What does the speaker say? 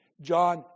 John